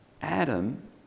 Adam